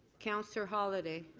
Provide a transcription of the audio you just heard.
councillor holyday.